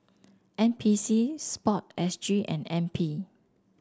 N P C sport S G and N P